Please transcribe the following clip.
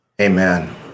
Amen